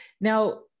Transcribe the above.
Now